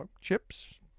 chips